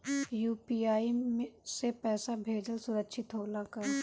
UPI से पैसा भेजल सुरक्षित होला का?